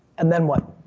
and then what?